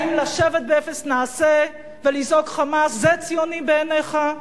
האם לשבת באפס מעשה ולזעוק חמס זה ציוני בעיניך?